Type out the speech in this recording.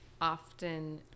often